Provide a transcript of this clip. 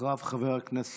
אחריו חבר הכנסת,